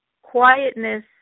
quietness